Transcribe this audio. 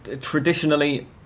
traditionally